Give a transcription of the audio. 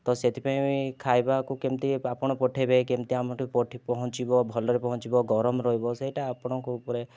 ତ ସେଥିପାଇଁ ଖାଇବାକୁ କେମିତି ଆପଣ ପଠେଇବେ କେମିତି ଆମଠି ପଠି ପହଁଞ୍ଚିବ ଭଲରେ ପହଁଞ୍ଚିବ ଗରମ ରହିବ ସେଇଟା ଆପଣଙ୍କ ଉପରେ